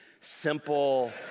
simple